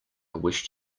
wished